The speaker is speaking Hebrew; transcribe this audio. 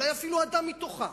אולי אפילו אדם מתוכה,